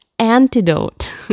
antidote